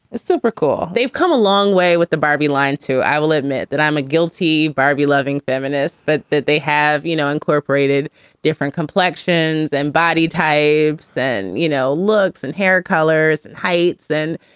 it's super cool they've come a long way with the barbie line, too. i will admit that i'm a guilty barbie loving feminist, but that they have, you know, incorporated different complexions and body types then, you know, looks and hair colors and heights. then,